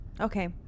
Okay